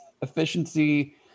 Efficiency